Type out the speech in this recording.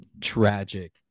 Tragic